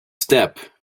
step